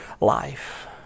life